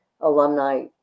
alumni